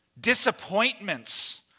Disappointments